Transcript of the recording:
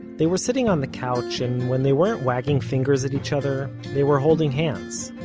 they were sitting on the couch, and when they weren't wagging fingers at each other, they were holding hands.